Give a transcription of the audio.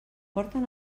porten